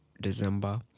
December